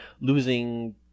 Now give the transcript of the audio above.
losing